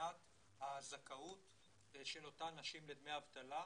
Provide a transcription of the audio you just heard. מבחינת הזכאות של אותן נשים לדמי אבטלה.